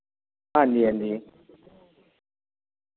हांजी हांजी